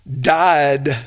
died